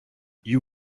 you